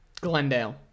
Glendale